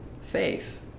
faith